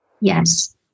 Yes